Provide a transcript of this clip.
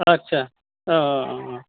आच्चा अ अ